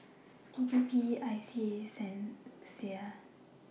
D P P I S E A S and Sia